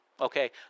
Okay